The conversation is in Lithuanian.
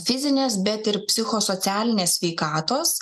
fizinės bet ir psichosocialinės sveikatos